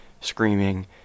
screaming